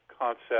concept